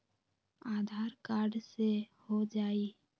आधार card से हो जाइ?